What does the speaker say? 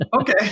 okay